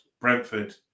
Brentford